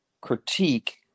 critique